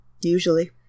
Usually